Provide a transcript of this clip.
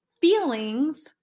feelings